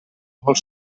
molt